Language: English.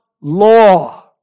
law